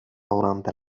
durante